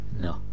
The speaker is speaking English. No